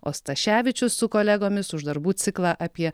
ostaševičius su kolegomis už darbų ciklą apie